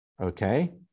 okay